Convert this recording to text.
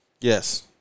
Yes